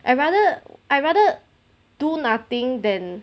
I rather I rather do nothing than